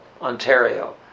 Ontario